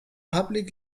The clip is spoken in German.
public